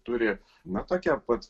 turi na tokie pat